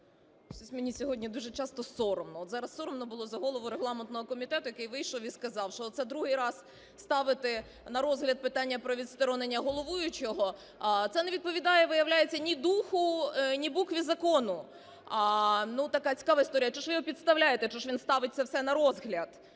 мені сьогодні дуже часто соромно. От зараз соромно було за голову регламентного комітету, який вийшов і сказав, що оце другий раз ставити на розгляд питання про відсторонення головуючого – це не відповідає, виявляється, ні духу, ні букві закону. Така цікава історія. Чого ж ви його підставляєте? Чого ж він ставить це все на розгляд?